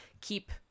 keep